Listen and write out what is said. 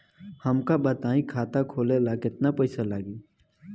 हमका बताई खाता खोले ला केतना पईसा लागी?